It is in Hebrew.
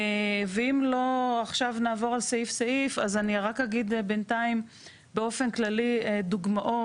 אם לא נעבור עכשיו על סעיף סעיף אז אני רק אגיד באופן כללי דוגמאות.